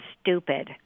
stupid